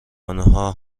انها